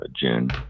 June